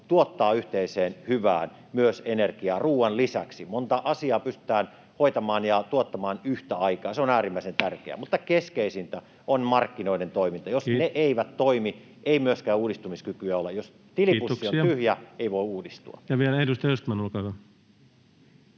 tuottaa yhteiseen hyvään, myös energiaa ruoan lisäksi. Monta asiaa pystytään hoitamaan ja tuottamaan yhtä aikaa — se on äärimmäisen tärkeää — mutta keskeisintä on markkinoiden toiminta. Jos ne eivät toimi, ei myöskään uudistumiskykyä ole. [Puhemies: Kiitoksia!] Jos tilipussi on tyhjä, ei voi uudistua. Ja vielä edustaja Östman, olkaa